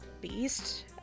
beast